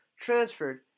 transferred